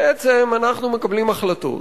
בעצם אנחנו מקבלים החלטות,